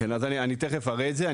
אז אני תכף אראה את זה.